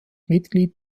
mitglied